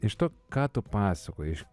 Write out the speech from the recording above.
iš to ką tu pasakojai iš